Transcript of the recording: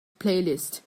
playlist